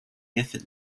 effort